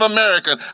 American